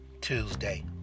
Tuesday